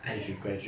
I think